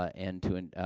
ah and to ah,